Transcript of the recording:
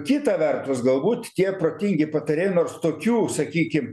kita vertus galbūt tie protingi patarėjai nors tokių sakykim